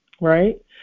right